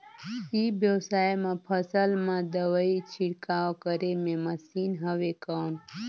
ई व्यवसाय म फसल मा दवाई छिड़काव करे के मशीन हवय कौन?